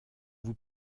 vous